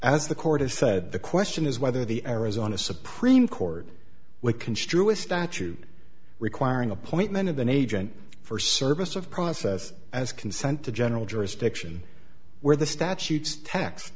as the court has said the question is whether the arizona supreme court would construe a statute requiring appointment of an agent for service of process as consent to general jurisdiction where the statutes t